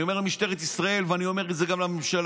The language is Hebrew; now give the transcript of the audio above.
אני אומר למשטרת ישראל ואני אומר את זה גם לממשלה: